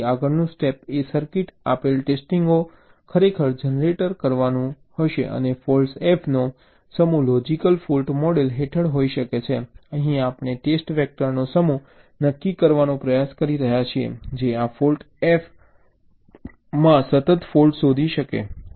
તેથી આગળનું સ્ટેપ એ સર્કિટ આપેલ ટેસ્ટિંગો ખરેખર જનરેટ કરવાનું હશે અને ફોલ્ટ્સ F નો સમૂહ લોજિકલ ફોલ્ટ મોડલ હેઠળ હોઈ શકે છે અહીં આપણે ટેસ્ટ વેક્ટરનો સમૂહ નક્કી કરવાનો પ્રયાસ કરી રહ્યા છીએ જે આ ફોલ્ટ સેટ F માં તમામ ફૉલ્ટ્સ શોધી શકે છે